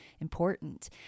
important